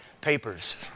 papers